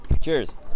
Cheers